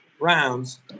rounds